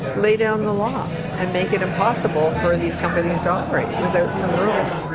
lay down the law and make it impossible for these companies to operate without some rules.